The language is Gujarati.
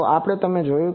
તો આપણે તેમને જોઈશું